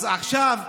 אז עכשיו,